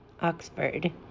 oxford